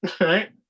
right